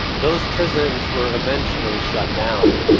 those prisons were eventually shut down,